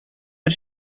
бер